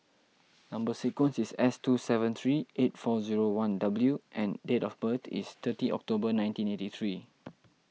Number Sequence is S two seven three eight four zero one W and date of birth is thirty October nineteen eighty three